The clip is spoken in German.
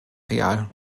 real